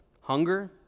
hunger